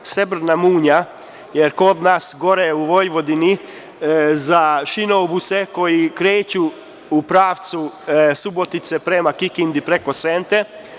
Mi imamo srebrnu munju kod nas gore u Vojvodini za šinobuse, koji kreću u pravcu Subotice prema Kikindi, preko Sente.